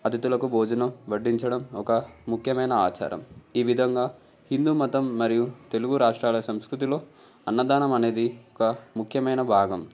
అతిథులకు భోజనం వడ్డించడం ఒక ముఖ్యమైన ఆచారం ఈ విధంగా హిందూ మతం మరియు తెలుగు రాష్ట్రాల సంస్కృతిలో అన్నదానం అనేది ఒక ముఖ్యమైన భాగం